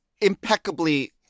impeccably